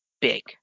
big